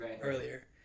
earlier